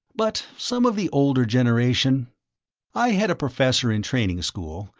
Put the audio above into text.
but some of the older generation i had a professor in training school,